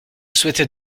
souhaitais